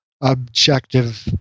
objective